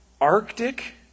Arctic